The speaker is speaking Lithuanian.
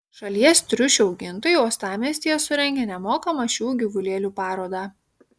šalies triušių augintojai uostamiestyje surengė nemokamą šių gyvulėlių parodą